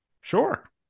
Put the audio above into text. Sure